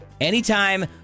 anytime